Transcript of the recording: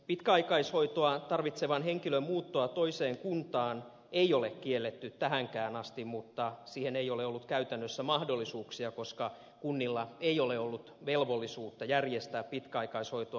pitkäaikaishoitoa tarvitsevan henkilön muuttoa toiseen kuntaan ei ole kielletty tähänkään asti mutta siihen ei ole ollut käytännössä mahdollisuuksia koska kunnilla ei ole ollut velvollisuutta järjestää pitkäaikaishoitoa ulkopaikkakuntalaisille